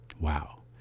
Wow